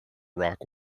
rock